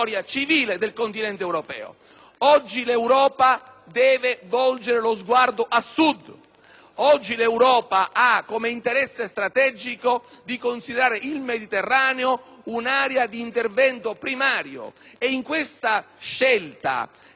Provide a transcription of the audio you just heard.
Sud, perché ha l'interesse strategico di considerare il Mediterraneo un'area di intervento primario e in questa scelta, che ha la ragione fondamentale in una politica di pace, per disinnescare